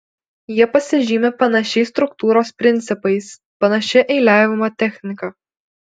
jie pasižymi panašiais struktūros principais panašia eiliavimo technika